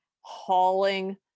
hauling